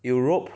Europe